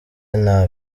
nabi